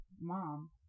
mom